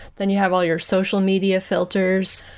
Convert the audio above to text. then you have all your social media filters.